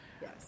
Yes